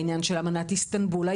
העניין של אמנת איסטנבול,